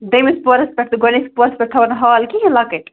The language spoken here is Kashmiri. دٔیمِس پورَس پٮ۪ٹھ تہٕ گۄڈٕنِس پورَس پٮ۪ٹھ تھَوَن حال کِہیٖنۍ لَکٕٹۍ